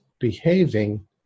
behaving